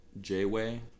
J-Way